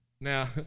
now